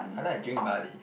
I like to drink barley